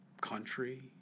country